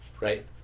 right